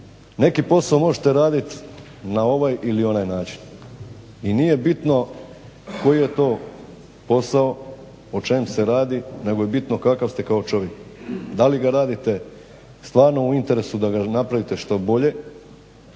Neki posao možete radit na ovaj ili onaj način i nije bitno koji je to posao, o čem se radi, nego je bitno kakav ste kao čovjek. Da li ga radite stvarno u interesu da ga napravite što bolje